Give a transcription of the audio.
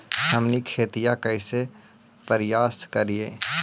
हमनी खेतीया कइसे परियास करियय?